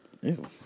Ew